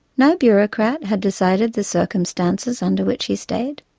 no bureaucrat had decided the circumstances under which he stayed.